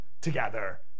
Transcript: together